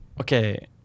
okay